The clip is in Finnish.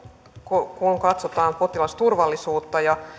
kun katsotaan potilasturvallisuutta ja